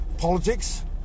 politics